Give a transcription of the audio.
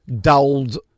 dulled